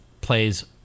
plays